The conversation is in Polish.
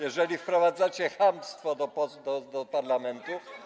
Jeżeli wprowadzacie chamstwo do parlamentu.